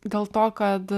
dėl to kad